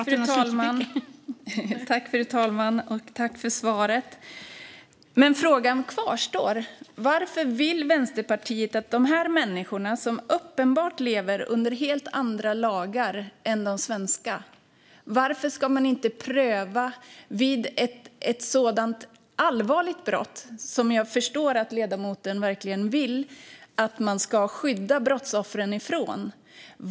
Fru talman! Tack, Lorena Delgado Varas, för svaret! Men frågan kvarstår. Det här är människor som uppenbart lever under helt andra lagar än de svenska. Det är allvarliga brott, som jag förstår att ledamoten verkligen vill att man ska skydda brottsoffren från.